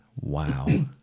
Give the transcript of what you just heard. Wow